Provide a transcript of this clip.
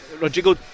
Rodrigo